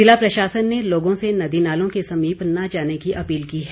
जिला प्रशासन ने लोगों से नदी नालों के समीप न जाने की अपील की है